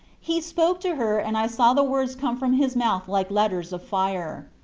he spoke to her, and i saw the words come from his mouth like letters of fire.